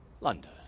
London